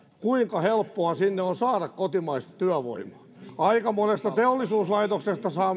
kuinka helppoa sinne on saada kotimaista työvoimaa aika monesta teollisuuslaitoksesta saa